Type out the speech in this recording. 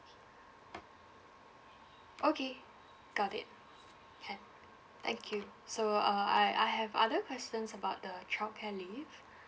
okay got it can thank you so uh I I have other questions about the childcare leave